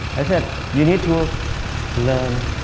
you need to learn,